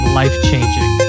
life-changing